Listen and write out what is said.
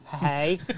hey